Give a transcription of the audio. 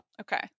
okay